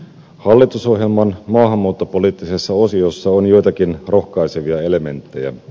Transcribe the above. hallitusohjelman maahanmuuttopoliittisessa osiossa on joitakin rohkaisevia elementtejä